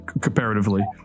Comparatively